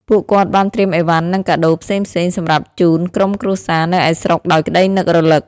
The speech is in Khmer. ពួកគាត់បានត្រៀមអីវ៉ាន់នឹងកាដូផ្សេងៗ សម្រាប់ជូនក្រុមគ្រួសារនៅឯស្រុកដោយក្តីនឹករលឹក។